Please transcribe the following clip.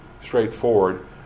straightforward